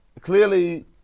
Clearly